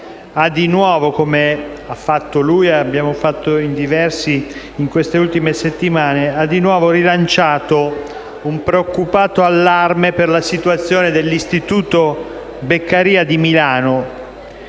ha di nuovo - lo aveva già fatto e l'abbiamo fatto in diversi in queste ultime settimane - rilanciato un preoccupato allarme per la situazione dell'Istituto Beccaria di Milano,